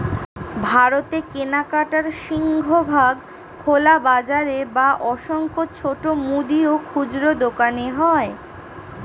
ভারতে কেনাকাটার সিংহভাগ খোলা বাজারে বা অসংখ্য ছোট মুদি ও খুচরো দোকানে হয়